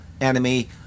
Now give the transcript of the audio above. enemy